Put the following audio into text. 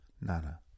Nana